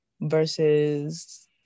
versus